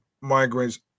migrants